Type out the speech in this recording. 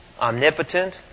omnipotent